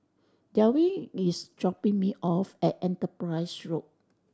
Delvin is dropping me off at Enterprise Road